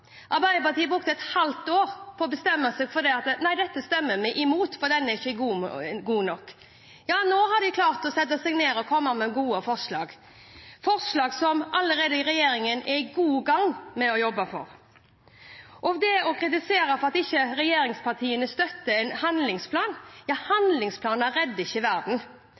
Arbeiderpartiet brukte et halvt år på å bestemme seg for å stemme imot den fordi den ikke var god nok. Nå har de klart å sette seg ned og komme med gode forslag – forslag som regjeringen allerede er godt i gang med å jobbe med. Regjeringen kritiseres for ikke å støtte en handlingsplan. Handlingsplaner redder ikke verden.